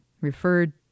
referred